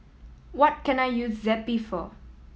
what can I use Zappy for